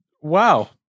Wow